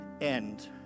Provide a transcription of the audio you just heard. end